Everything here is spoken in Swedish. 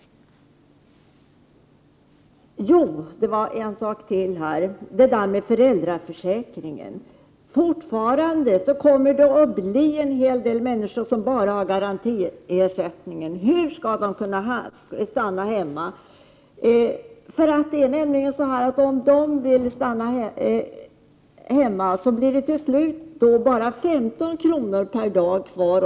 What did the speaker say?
När det gäller föräldraförsäkringen kommer det fortfarande att vara så, att en hel del människor bara har garantiersättningen. Hur skall de kunna stanna hemma? Om de vill stanna hemma, blir det till slut bara 15 kr.